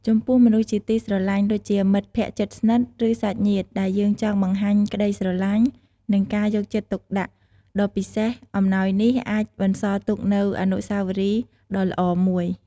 ចំពោះមនុស្សជាទីស្រឡាញ់ ដូចជា មិត្តភក្តិជិតស្និទ្ធ ឬសាច់ញាតិ ដែលយើងចង់បង្ហាញក្តីស្រឡាញ់ និងការយកចិត្តទុកដាក់ដ៏ពិសេសអំណោយនេះអាចបន្សល់ទុកនូវអនុស្សាវរីយ៍ដ៏ល្អមួយ។